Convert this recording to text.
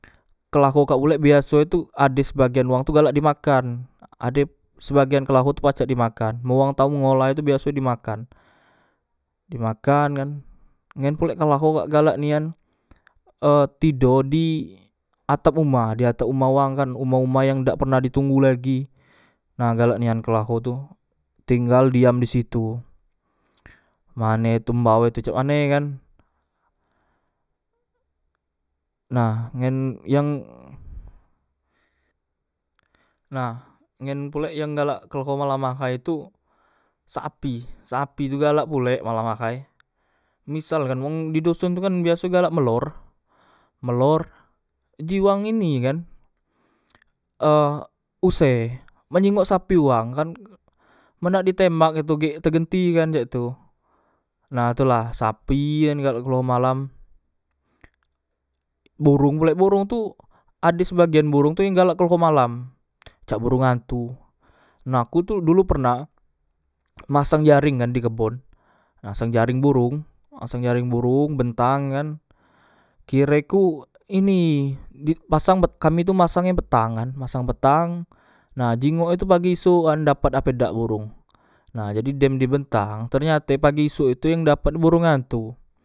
Klaho kak pulek biaso e tu ade sebagean wang tu galak di makan ade sebagean klaho tu pacak dimakan men wang tau ngolah e biasoe di makan dimakan kan ngen pulek klaho kak galak nian e tido di atap uma di atap uma wang kan uma uma yang dak perna di tunggu lagi nah galak nian klaho tu tinggal diam disitu mane tu embau e tu cak mane kan nah ngen yang nah ngen pulek yang galak kleho malam ahay tu sapi sapi tu galak pulek malam ahay misal kan wong di doson tu kan biaso galak melor melor ji wang ini kan e use men jingok sapi wang kan men nak ditembak itu gek tegenti kan cek tu nah tu la sapi kan galak keluar malam borong pulek bororng tu ade sebagian borong tu yang galak kleho malam cak borong antu nah ku tu dulu pernah masang jareng kan di kebon masang jareng borong maseng jareng borong bentang kan kire ku ini pasang an kami tu pasang petang kan masang petang nah jingok e tu pagi gisuk kan dapat dak borong nah jadi dem di bentang ternyate pagi gisuk e tu yang dapat borong antu